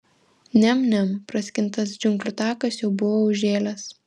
niam niam praskintas džiunglių takas jau buvo užžėlęs